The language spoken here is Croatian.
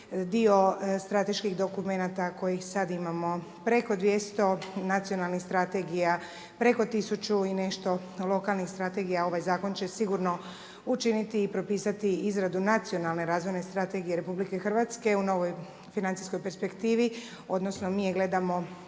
dio strateških dokumenata kojih sad imamo preko 200 i nacionalnih strategija preko 1000 i nešto, lokalnih strategija ovaj zakon će sigurno učini i propisati izradu nacionalne razvojne strategije RH u novoj financijskoj perspektivi, odnosno mi je gledamo